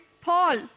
Paul